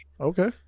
okay